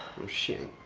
oh, shit.